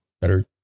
Better